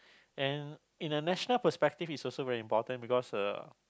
and in a national perspective it's also very important because uh